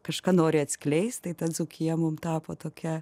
kažką nori atskleist tai ta dzūkija mums tapo tokia